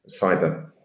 cyber